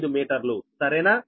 15 మీటర్లు సరేనా